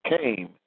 came